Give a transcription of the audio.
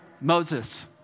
Moses